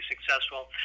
successful